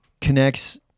connects